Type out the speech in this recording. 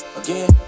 again